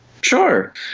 Sure